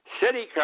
city